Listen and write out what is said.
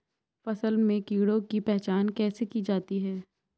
फसल में कीड़ों की पहचान कैसे की जाती है?